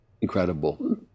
incredible